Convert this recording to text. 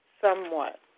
Somewhat